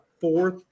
fourth